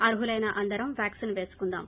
అర్హులైన అందరం వ్యాక్పిన్ పేసుకుందాం